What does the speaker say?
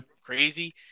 crazy